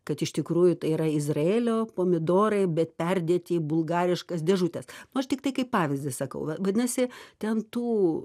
kad iš tikrųjų tai yra izraelio pomidorai bet perdėti į bulgariškas dėžutes nu aš tiktai kaip pavyzdį sakau va vadinasi ten tų